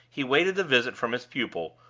he waited the visit from his pupil,